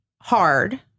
hard-